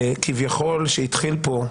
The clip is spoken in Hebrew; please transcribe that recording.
כביכול, שהתחיל פה.